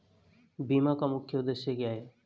बीमा का मुख्य उद्देश्य क्या है?